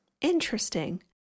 Interesting